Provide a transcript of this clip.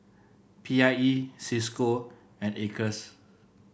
P I E Cisco and Acres